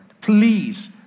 please